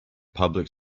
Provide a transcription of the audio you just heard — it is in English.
public